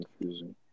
confusing